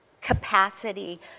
capacity